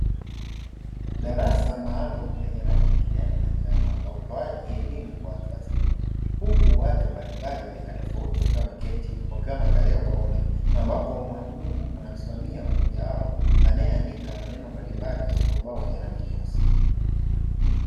Darasa maalumu lenye rangi ya kijani na njano la utoaji elimu kwa watu wazima. Huku watu mbalimali wa rika tofauti wakiwa wameketi wakiwa wanaangalia ubaoni ambapo mwalimu anamsimamia mmoja wao anaeandika maneno mbalimbali katika ubao wenye rangi nyeusi.